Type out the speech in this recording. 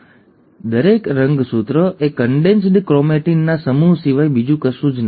તેથી દરેક રંગસૂત્ર એ કન્ડેન્સ્ડ ક્રોમેટીન ના સમૂહ સિવાય બીજું કશું જ નથી